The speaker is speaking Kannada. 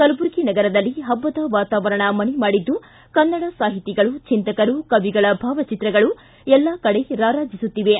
ಕಲಬುರಗಿ ನಗರದಲ್ಲಿ ಹಬ್ಬದ ವಾತಾವರಣ ಮನೆಮಾಡಿದ್ದು ಕನ್ನಡ ಸಾಹಿತಿಗಳು ಚಿಂತಕರು ಕವಿಗಳ ಭಾವಚಿತ್ರಗಳು ಎಲ್ಲಾ ಕಡೆ ರಾರಾಜಿಸುತ್ತಿವೆ